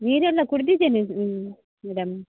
ನೀರೆಲ್ಲ ಕುಡಿದಿದ್ದೇನೆ ಹ್ಞೂ ಮೇಡಮ್